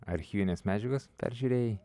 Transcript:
archyvinės medžiagos peržiūrėjai